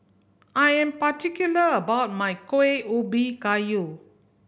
I am particular about my Kuih Ubi Kayu